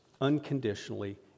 unconditionally